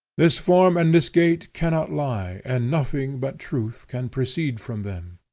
this form and this gait cannot lie, and nothing but truth can proceed from them.